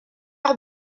hors